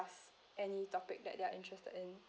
any topic that they're interested in